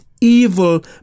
evil